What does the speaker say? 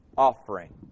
offering